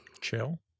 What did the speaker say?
Chill